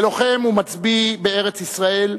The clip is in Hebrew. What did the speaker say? כלוחם ומצביא בארץ-ישראל,